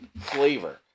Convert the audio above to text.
flavor